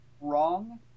wrong